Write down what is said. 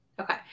Okay